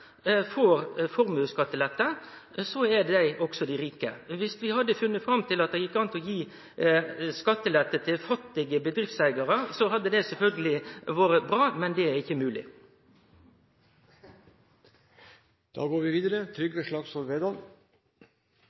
får formuesskattelette, så er dei også dei rike. Dersom vi hadde funne ut at det gjekk an å gi skattelette til fattige bedriftseigarar, hadde det sjølvsagt vore bra, men det er ikkje mogleg. Før valget syntes Fremskrittspartiet at det var smart å avskaffe bompenger, og i budsjettredegjørelsen fikk vi